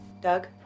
Doug